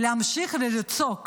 להמשיך לצעוק